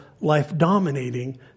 life-dominating